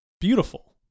beautiful